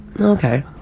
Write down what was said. Okay